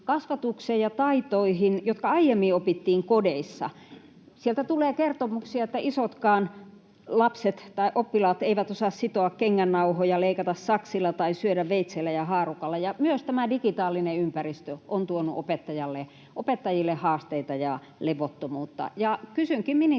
kasvatukseen ja taitoihin, jotka aiemmin opittiin kodeissa. Sieltä tulee kertomuksia, että isotkaan oppilaat eivät osaa sitoa kengännauhoja, leikata saksilla tai syödä veitsellä ja haarukalla. Myös tämä digitaalinen ympäristö on tuonut opettajille haasteita ja levottomuutta. Kysynkin ministereiltä: